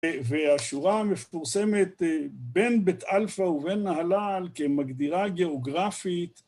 והשורה מפורסמת בין בית אלפא ובין נהלל כמגדירה גיאוגרפית